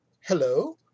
Hello